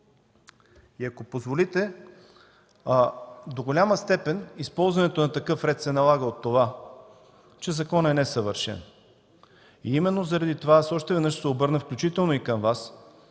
И ако позволите, до голяма степен използването на такъв ред се налага от това, че законът е несъвършен. Именно заради това аз още веднъж ще се обърна, включително и към Вас,